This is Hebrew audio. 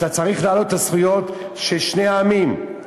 אתה צריך להעלות את הזכויות של שני העמים.